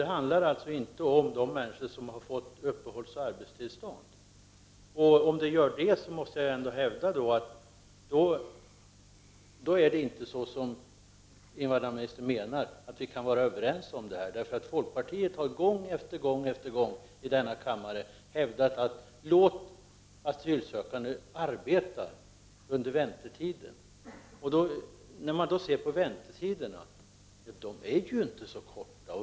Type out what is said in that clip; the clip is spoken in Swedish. Det handlar alltså inte om de människor som har fått uppehållsoch arbetstillstånd. Om det gör det, måste jag hävda att vi inte kan vara överens. Folkpartiet har ju gång på gång i denna kammare sagt: Låt asylsökande arbeta under väntetiden. Väntetiderna är inte så korta.